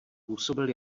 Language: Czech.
působil